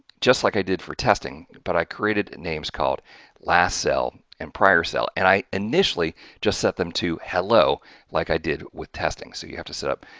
just like i did for testing, but i created names called last cell and prior cell and i initially just set them to hello like i did with testing. so, you have to set up